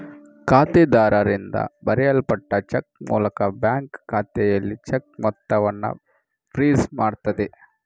ಖಾತೆದಾರರಿಂದ ಬರೆಯಲ್ಪಟ್ಟ ಚೆಕ್ ಮೂಲಕ ಬ್ಯಾಂಕು ಖಾತೆಯಲ್ಲಿ ಚೆಕ್ ಮೊತ್ತವನ್ನ ಫ್ರೀಜ್ ಮಾಡ್ತದೆ